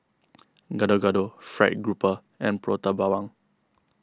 Gado Gado Fried Grouper and Prata Bawang